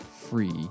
free